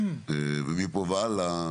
ומפה והלאה